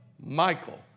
Michael